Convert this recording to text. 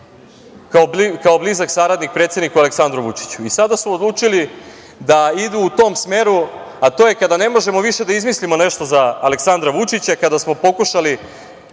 kao blizak saradnik predsedniku Aleksandru Vučiću. Sada su odlučili da idu u tom smeru, a to je kada ne možemo više da izmislimo nešto za Aleksandra Vučića, kada smo pokušali